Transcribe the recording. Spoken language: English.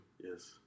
Yes